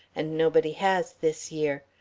and nobody has, this year.